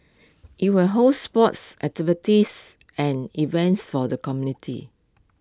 IT will host sports activities and events for the community